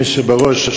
אדוני היושב-ראש,